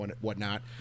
whatnot